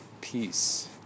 peace